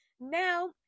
Now